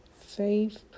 faith